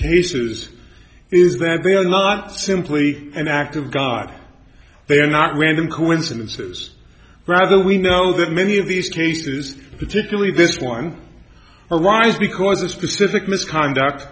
cases is that they are not simply an act of god they are not random coincidences rather we know that many of these cases particularly this one arise because of specific misconduct